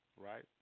Right